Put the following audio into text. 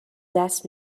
دست